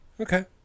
Okay